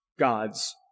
God's